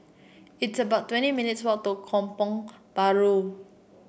it's about twenty minutes' walk to Kampong Bahru